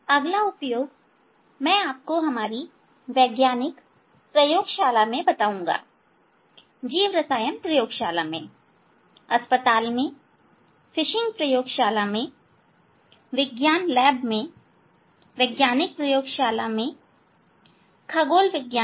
अगला उपयोग मैं आपको हमारी वैज्ञानिक प्रयोगशाला में बताऊंगा जीव रसायन प्रयोगशाला में अस्पताल में फिशिंग प्रयोगशाला में विज्ञान लैब मेंवैज्ञानिक प्रयोगशाला में खगोल विज्ञान में